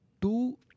two